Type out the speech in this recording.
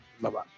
Bye-bye